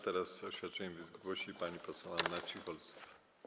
Teraz oświadczenie wygłosi pani poseł Anna Cicholska.